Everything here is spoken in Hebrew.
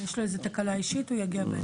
יש לו איזה תקלה אישית, הוא יגיע בהמשך.